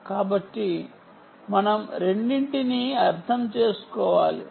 కాబట్టి మనం రెండింటినీ అర్థం చేసుకోవాలి